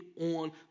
on